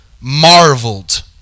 marveled